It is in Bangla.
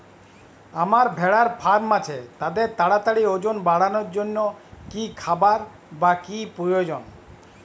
আমার ভেড়ার ফার্ম আছে তাদের তাড়াতাড়ি ওজন বাড়ানোর জন্য কী খাবার বা কী প্রয়োজন?